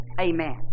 Amen